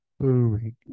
booming